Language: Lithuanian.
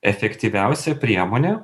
efektyviausia priemonė